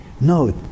No